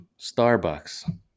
Starbucks